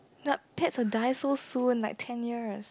not pets will die so soon like ten years